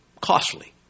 costly